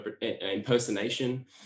impersonation